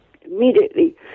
immediately